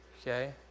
Okay